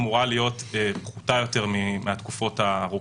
אמורה להיות פחותה יותר מהתקופות הארוכות.